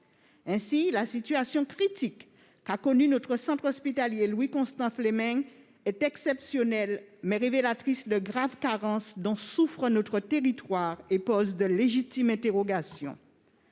Ainsi, si la situation critique qu'a connue notre centre hospitalier Louis-Constant-Fleming est exceptionnelle, elle est néanmoins révélatrice des graves carences dont souffre notre territoire et suscite de légitimes interrogations.